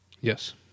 Yes